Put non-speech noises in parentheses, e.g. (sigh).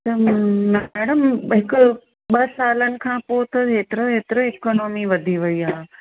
(unintelligible) madam हिकु ॿ सालनि खां पोइ त हेतिरा हेतिरा इकोनॉमी वधी वेई आहे